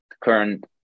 current